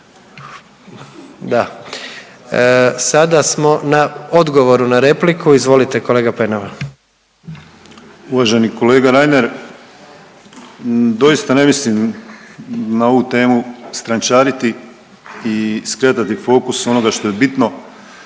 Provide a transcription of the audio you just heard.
Da. Sada smo na odgovoru na repliku, izvolite kolega Penava. **Penava, Ivan (DP)** Uvaženi kolega Reiner, doista ne mislim na ovu temu strančariti i skretati fokus s onoga što je bitno,